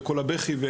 וכל הבכי.